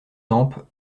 tempes